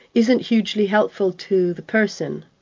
isn't hugely helpful to the person.